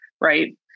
right